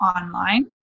online